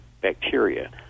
bacteria